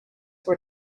were